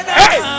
hey